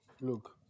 look